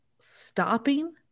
stopping